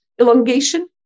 elongation